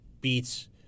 beats